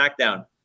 SmackDown